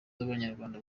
z’abanyarwanda